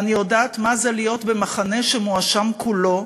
ואני יודעת מה זה להיות במחנה שמואשם כולו,